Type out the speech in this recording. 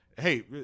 hey